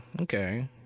Okay